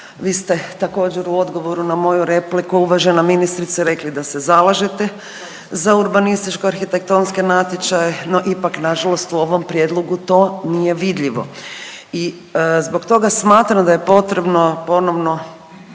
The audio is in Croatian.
vi ste također u odgovoru na moju repliku uvažena ministrice rekli da se zalažete za urbanističko-arhitektonske natječaje no ipak nažalost u ovom prijedlogu to nije vidljivo. I zbog toga smatram da je potrebno ponovno